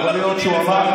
יכול להיות שהוא אמר,